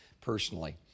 personally